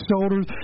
shoulders